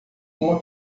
uma